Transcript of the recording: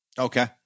Okay